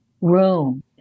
room